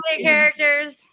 characters